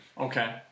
Okay